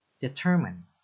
Determine